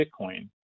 Bitcoin